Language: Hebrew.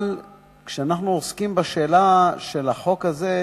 אבל כשאנחנו עוסקים בשאלה של החוק הזה,